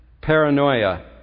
paranoia